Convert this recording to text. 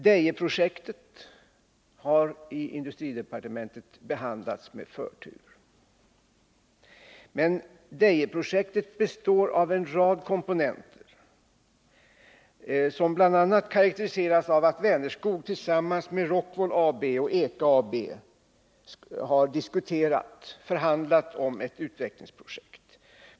Dejeprojektet har i industridepartementet behandlats med förtur, men detta projekt består av en rad komponenter, där ett inslag är de förhandlingar som Vänerskog tillsammans med Rockwool AB och EKA har fört om ett utvecklingsprojekt.